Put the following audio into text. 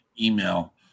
email